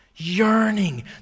yearning